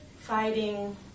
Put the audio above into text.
fighting